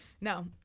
no